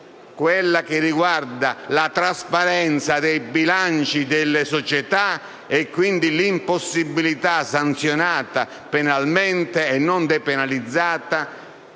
quella che riguarda la trasparenza dei bilanci delle società e quindi l'impossibilità, sanzionata penalmente e non depenalizzata,